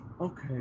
Okay